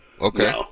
Okay